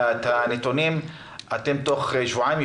האם תוכלו לשלוח לוועדה נתונים תוך שבועיים?